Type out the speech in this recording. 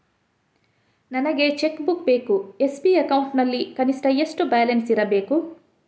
ನನಗೆ cheque book ಬೇಕು SB account ನಲ್ಲಿ ಕನಿಷ್ಠ ಎಷ್ಟು ಬ್ಯಾಲೆನ್ಸ್ ಇರಬೇಕು?